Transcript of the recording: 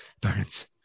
burns